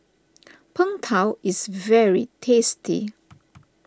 Png Tao is very tasty